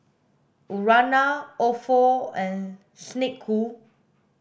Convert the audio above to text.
Urana Ofo and Snek Ku